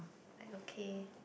like okay